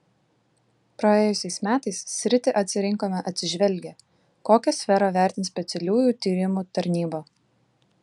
praėjusiais metais sritį atsirinkome atsižvelgę kokią sferą vertins specialiųjų tyrimų tarnyba